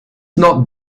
not